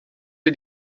die